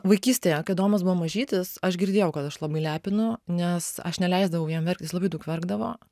vaikystėje kai adomas buvo mažytis aš girdėjau kad aš labai lepinu nes aš neleisdavau jam verkt jis labai daug verkdavo